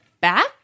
back